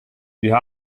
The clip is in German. wir